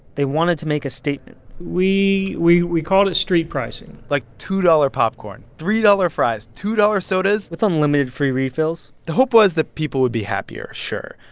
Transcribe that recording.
they wanted to make a statement we we called it street pricing like, two dollars popcorn, three dollars fries, two dollars sodas. with unlimited free refills the hope was that people would be happier, sure.